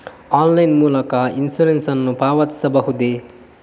Online ಮೂಲಕ insurance ನ್ನು ಪಾವತಿಸಬಹುದೇ?